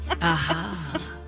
Aha